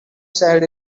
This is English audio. said